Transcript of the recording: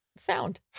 sound